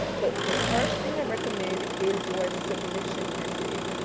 but the first thing i recommend is your submission message.